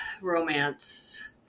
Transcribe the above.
romance